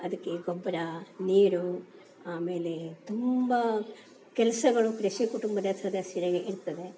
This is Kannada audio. ಅದಕ್ಕೆ ಗೊಬ್ಬರ ನೀರು ಆಮೇಲೆ ತುಂಬ ಕೆಲಸಗಳು ಕೃಷಿ ಕುಟುಂಬದ ಸದಸ್ಯರಿಗೆ ಇರ್ತದೆ